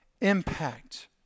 impact